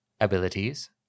Abilities